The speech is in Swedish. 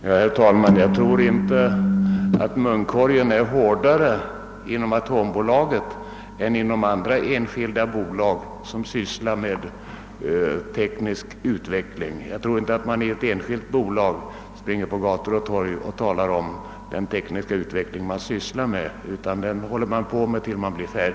Herr talman! Jag tror inte att munkorgen är hårdare inom atombolaget än inom andra, enskilda bolag som sysslar med teknisk utveckling. Jag tror inte att de anställda i ett enskilt bolag springer på gator och torg och talar om den tekniska utveckling bolaget sysslar med.